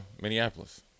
Minneapolis